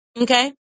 Okay